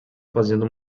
fazendo